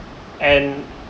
and